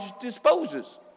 disposes